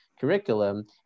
curriculum